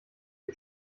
den